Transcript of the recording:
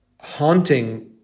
haunting